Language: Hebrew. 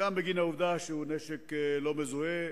גם בגין העובדה שהוא נשק לא מזוהה,